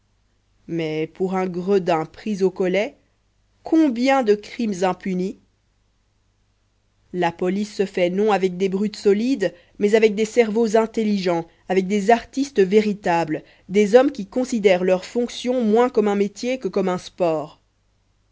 mais pour un gredin pris au collet combien de crimes impunis la police se fait non avec des brutes solides mais avec des cerveaux intelligents avec des artistes véritables des hommes qui considèrent leurs fonctions moins comme un métier que comme un sport